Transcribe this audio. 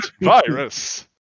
virus